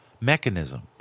mechanism